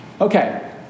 Okay